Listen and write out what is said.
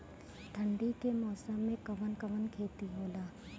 ठंडी के मौसम में कवन कवन खेती होला?